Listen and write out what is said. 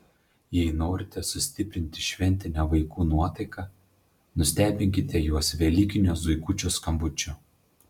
jei norite sustiprinti šventinę vaikų nuotaiką nustebinkite juos velykinio zuikučio skambučiu